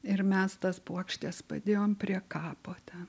ir mes tas puokštes padėjom prie kapo ten